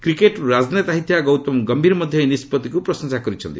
କ୍ରିକେଟ୍ରୁ ରାଜନେତା ହୋଇଥିବା ଗୌତମ ଗମ୍ଭୀର ମଧ୍ୟ ଏହି ନିଷ୍କଭିକୁ ପ୍ରଶଂସା କରିଛନ୍ତି